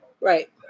Right